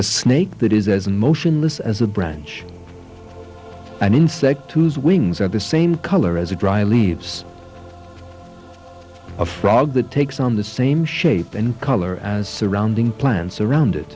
a snake that is as motionless as a branch an insect whose wings are the same color as a dry leaves a frog that takes on the same shape and color as surrounding plants around it